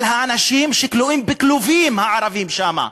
על האנשים שכלואים בכלובים, הערבים שם.